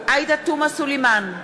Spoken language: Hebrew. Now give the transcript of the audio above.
עאידה תומא סלימאן,